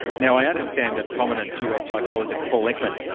now i understand that prominent us psychologist, paul ekman,